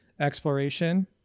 exploration